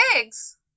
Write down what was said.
eggs